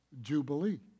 Jubilee